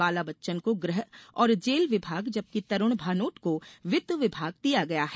बाला बच्चन को गृह और जेल विभाग जबकि तरूण भानोट को वित्त विभाग दिया गया है